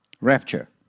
Rapture